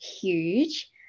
huge